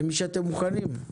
למי שאתם מוכנים.